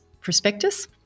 prospectus